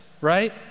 right